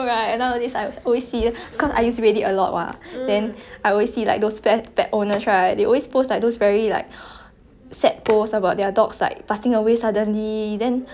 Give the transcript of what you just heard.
right nowadays I always see cause I use Reddit a lot what then I always see like those pet pet owners right they always post like those very like sad post about their dogs like passing away suddenly then